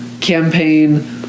campaign